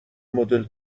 مدل